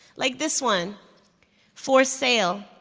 like this one for sale,